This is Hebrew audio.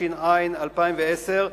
התש"ע 2010,